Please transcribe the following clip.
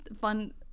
fun